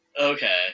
Okay